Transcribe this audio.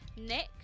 Nick